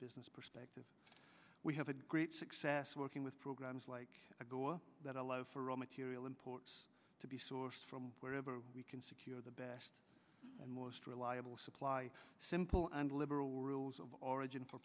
business perspective we have a great success working with programs like go up that are low for raw material imports to be sourced from wherever we can secure the best and most reliable supply simple and liberal rules of origin for